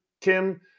Kim